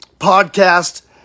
podcast